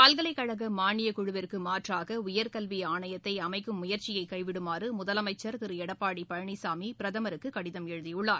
பல்கலைக்கழக மானியக்குழுவிற்கு மாற்றாக உயர்கல்வி ஆணையத்தை அமைக்கும் முயற்சியை கைவிடுமாறு முதலமைச்சர் திரு எடப்பாடி பழனிசாமி பிரதமருக்கு கடிதம் எழுதியுள்ளார்